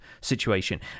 situation